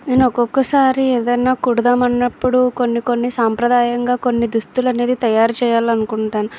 నేను ఒక్కొక్కసారి ఏదన్న కుడదాం అన్నప్పుడు కొన్ని కొన్ని సాంప్రదాయంగా కొన్ని దుస్తులు అనేది తయారు చేయాలి అనుకుంటాను